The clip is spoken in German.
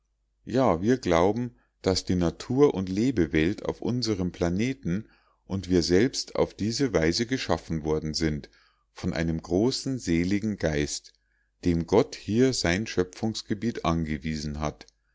ja wir glauben daß die natur und lebewelt auf unserem planeten und wir selbst auf diese weise geschaffen worden sind von einem großen seligen geist dem gott hier sein schöpfungsgebiet angewiesen hat